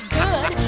good